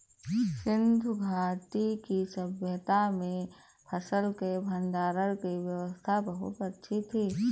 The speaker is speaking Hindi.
सिंधु घाटी की सभय्ता में फसल के भंडारण की व्यवस्था बहुत अच्छी थी